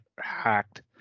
hacked